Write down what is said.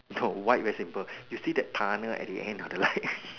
no white very simple you see that tunnel at the end of the light